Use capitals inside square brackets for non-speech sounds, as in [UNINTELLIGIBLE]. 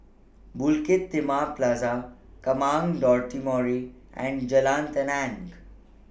Bukit Timah Plaza [UNINTELLIGIBLE] and Jalan Tenang